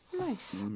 Nice